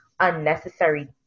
unnecessary